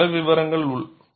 பல விவரங்கள் உள்ளன